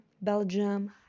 Belgium